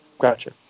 Gotcha